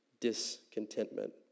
discontentment